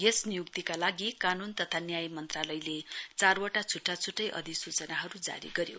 यस नियुक्तिका लागि कानून तथा न्याय मन्त्रालयले चारवटा छुट्टा छुट्टै अधिसूचनाहरू जारी गरेको छ